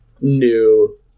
new